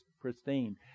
pristine